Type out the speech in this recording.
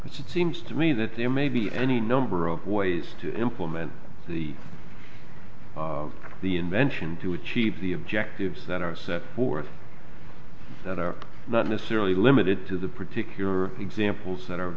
which it seems to me that there may be any number of ways to implement the the invention to achieve the objectives that are set forth that are not necessarily limited to the particular example